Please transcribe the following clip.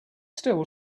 still